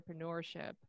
entrepreneurship